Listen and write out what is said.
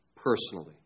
personally